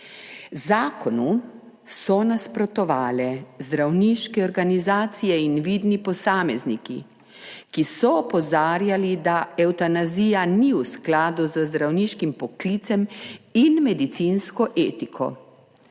Zakonu so nasprotovale zdravniške organizacije in vidni posamezniki, ki so opozarjali, da evtanazija ni v skladu z zdravniškim poklicem in medicinsko etiko.